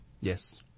Yes